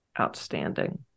outstanding